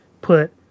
put